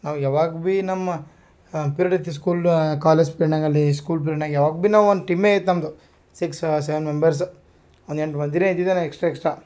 ನಾವು ಯಾವಾಗ ಬಿ ನಮ್ಮ ಪಿರಿಡಿತ್ತಿ ಸ್ಕೂಲ್ ಕಾಲೇಜ್ ಪಿರಿಡ್ನಾಗ ಅಲ್ಲಿ ಸ್ಕೂಲ್ ಪಿರಿಡ್ನಾಗ ಯಾವಾಗ ಬಿ ನಾ ಒಂದು ಟೀಮೇ ಇತ್ತು ನಮ್ಮದು ಸಿಕ್ಸ ಸೆವೆನ್ ಮೆಂಬರ್ಸ್ ಒಂದು ಎಂಟು ಮಂದಿರೇ ಇದ್ದಿದನೇ ಎಕ್ಸ್ಟ್ರಾ ಎಕ್ಸ್ಟ್ರಾ